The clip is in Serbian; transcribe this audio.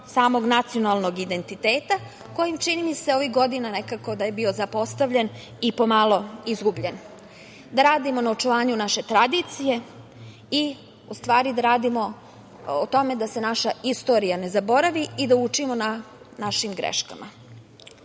samog nacionalnog identiteta, koji, čini mi se, ovih godina nekako da je bio zapostavljen i pomalo izgubljen. Da radimo na očuvanju naše tradicije i, u stvari, da radimo na tome da se naša istorija ne zaboravi i da učimo na našim greškama.